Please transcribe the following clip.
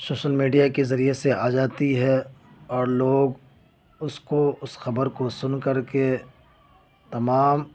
social media کے ذریعے سے آ جاتی ہے اور لوگ اس کو اس خبر کو سن کر کے تمام